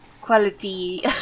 quality